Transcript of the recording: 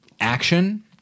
action